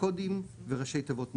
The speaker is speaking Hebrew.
קודים וראשי תיבות נהוגים,